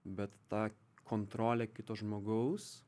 bet ta kontrolė kito žmogaus